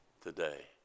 today